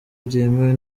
byemewe